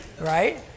Right